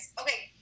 okay